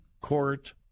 Court